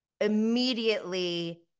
immediately